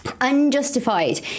Unjustified